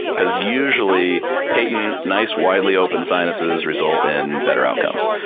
because usually patent, nice widely open sinuses, result in better outcomes.